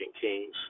Kings